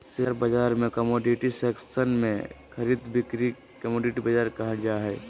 share बाजार के commodity section में खरीद बिक्री के कमोडिटी बाजार कहल जा हइ